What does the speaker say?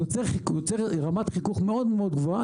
יוצר רמת חיכוך מאוד גבוהה.